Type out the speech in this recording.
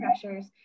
pressures